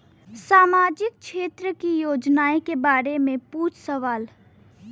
सामाजिक क्षेत्र की योजनाए के बारे में पूछ सवाल?